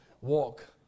walk